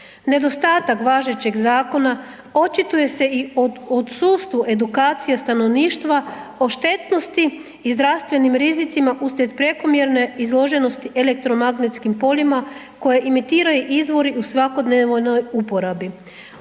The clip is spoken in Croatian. Nedostatak važećeg zakona očituje se i u odsustvu edukacije stanovništva o štetnosti i zdravstvenim rizicima usred prekomjerno izloženosti elektromagnetskim poljima koje imitiraju izvori u svakodnevnoj uporabi.